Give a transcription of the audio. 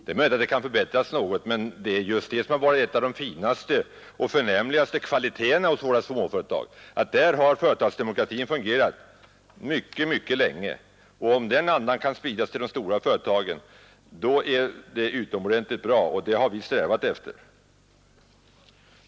Det är möjligt att det kan förbättras något, men en av de finaste och förnämligaste kvaliteerna hos våra småföretag är just att där har företagsdemokratin fungerat mycket länge. Om den andan kan spridas till de stora företagen, då är det utomordentligt bra, och det har vi strävat efter.